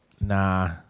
Nah